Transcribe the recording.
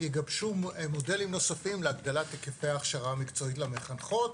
יגבשו מודלים נוספים להגדלת היקפי ההכשרה המקצועית למחנכות,